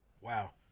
Wow